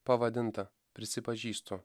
pavadintą prisipažįstu